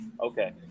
okay